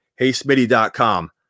HeySmitty.com